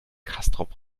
castrop